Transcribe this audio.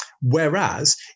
whereas